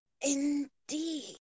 Indeed